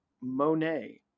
Monet